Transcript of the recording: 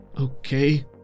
Okay